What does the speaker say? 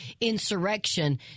insurrection